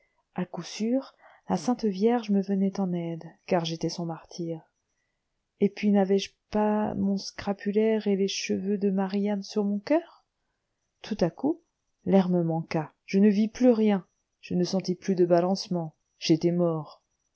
à coup sûr la sainte vierge me venait en aide car j'étais son martyr et puis n'avais-je pas mon scapulaire et les cheveux de maria sur mon coeur tout à coup l'air me manqua je ne vis plus rien je ne sentis plus de balancement j'étais mort